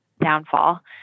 downfall